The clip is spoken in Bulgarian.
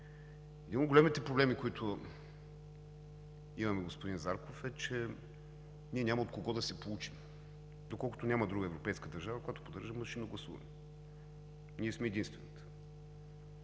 Един от големите проблеми, които имаме, господин Зарков, е, че ние няма от кого да се поучим, доколкото няма друга европейска държава, която поддържа машинно гласуване, ние сме единствената.